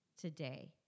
today